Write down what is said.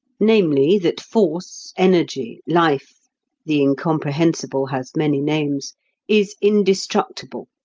namely, that force, energy, life the incomprehensible has many names is indestructible,